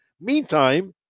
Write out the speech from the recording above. Meantime